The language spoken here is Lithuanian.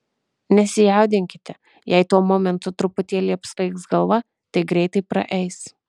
nesijaudinkite jei tuo momentu truputėlį apsvaigs galva tai greitai praeis